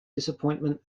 disappointment